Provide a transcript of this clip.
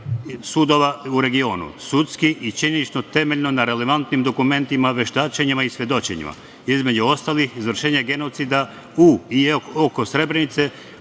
sudova u regiona. Sudski i činjenično, temeljno, na relevantnim dokumentima, veštačenjima i svedočenjima, između ostalih izvršenje genocida u i oko Srebrenice